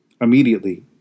Immediately